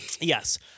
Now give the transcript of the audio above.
Yes